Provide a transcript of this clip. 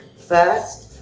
first,